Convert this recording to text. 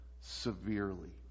Severely